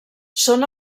són